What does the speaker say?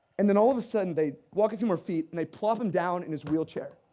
and then all of a sudden they walk a few more feet and they plop him down in his wheelchair.